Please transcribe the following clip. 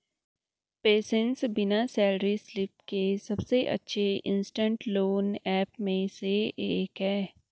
PaySense बिना salary slip के सबसे अच्छे इंस्टेंट लोन ऐप में से एक है